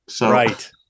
Right